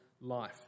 life